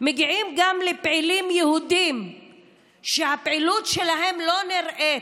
מגיעים גם לפעילים יהודים שהפעילות שלהם לא נראית,